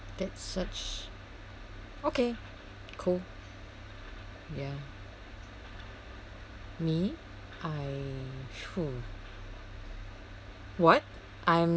that's such okay cool ya me I've what I'm